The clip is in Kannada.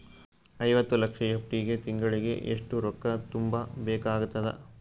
ಐವತ್ತು ಲಕ್ಷ ಎಫ್.ಡಿ ಗೆ ತಿಂಗಳಿಗೆ ಎಷ್ಟು ರೊಕ್ಕ ತುಂಬಾ ಬೇಕಾಗತದ?